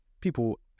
people